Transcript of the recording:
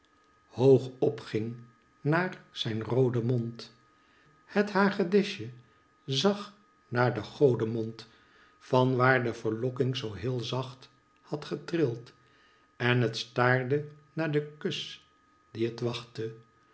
hoog opging naar zijn rooden mond het hagedisje zag naar den godemond van waar de verlokking zoo heel zacht had getrild en het staarde naar den kus dien het wachtte